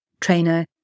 trainer